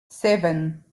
seven